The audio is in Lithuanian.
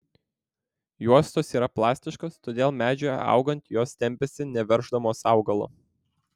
juostos yra plastiškos todėl medžiui augant jos tempiasi neverždamos augalo